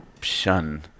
shun